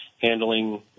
handling